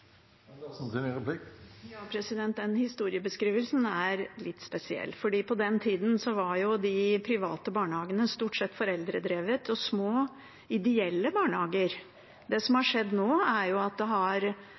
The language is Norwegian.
Den historiebeskrivelsen er litt spesiell, for på den tida var de private barnehagene stort sett foreldredrevet og små, ideelle barnehager. Det som har skjedd nå, er jo at det har